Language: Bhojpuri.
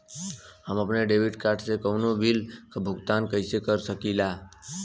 हम अपने डेबिट कार्ड से कउनो बिल के भुगतान कइसे कर सकीला?